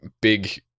big